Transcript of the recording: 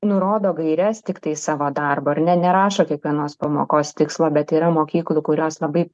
nurodo gaires tiktai savo darbo ar ne nerašo kiekvienos pamokos tikslo bet yra mokyklų kurios labai